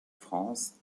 france